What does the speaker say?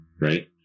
right